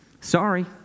sorry